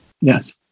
Yes